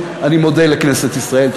אני מודה לכנסת ישראל.